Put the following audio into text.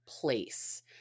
place